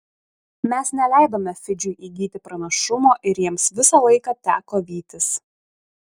mes neleidome fidžiui įgyti pranašumo ir jiems visą laiką teko vytis